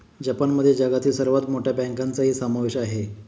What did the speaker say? जपानमध्ये जगातील सर्वात मोठ्या बँकांचाही समावेश आहे